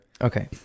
Okay